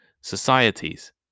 societies